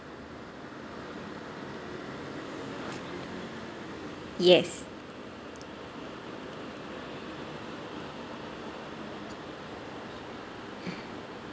yes